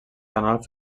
canal